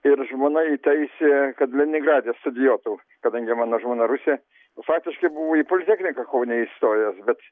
ir žmona įtaisė kad leningrade studijuotų kadangi mano žmona rusė faktiškai buvo į politechniką kaune įstojęs bet